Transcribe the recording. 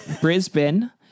Brisbane